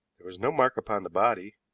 there was no mark upon the body,